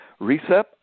Recep